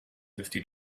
fifty